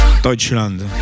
Deutschland